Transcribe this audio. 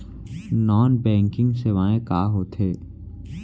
non banking सेवाएं का होथे